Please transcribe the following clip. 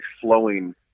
flowing